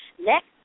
Next